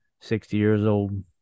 Sixty-years-old